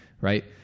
right